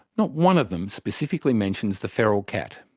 not one of them specifically mentions the feral cat.